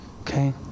okay